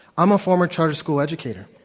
i'm a former charter school educator.